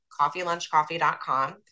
CoffeeLunchCoffee.com